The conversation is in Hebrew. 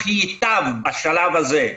אך ייטב בשלב הזה,